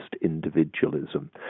individualism